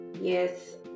yes